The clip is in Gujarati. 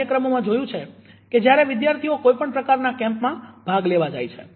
કાર્યક્રમોમાં જોયું છે કે જ્યારે વિદ્યાર્થીઓ કોઇપણ પ્રકારના કેમ્પમાં ભાગ લેવા જાય છે